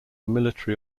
military